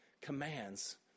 commands